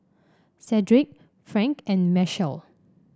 Cedric Frank and Mechelle